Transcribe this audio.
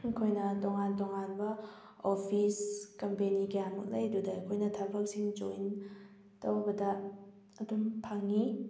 ꯑꯩꯈꯣꯏꯅ ꯇꯣꯉꯥꯟ ꯇꯣꯉꯥꯟꯕ ꯑꯣꯐꯤꯁ ꯀꯝꯄꯦꯅꯤ ꯀꯌꯥꯃꯨꯛ ꯂꯩ ꯑꯗꯨꯗ ꯑꯩꯈꯣꯏꯅ ꯊꯕꯛꯁꯤꯡ ꯖꯣꯏꯟ ꯇꯧꯕꯗ ꯑꯗꯨꯝ ꯐꯪꯏ